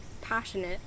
passionate